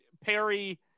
Perry